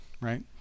right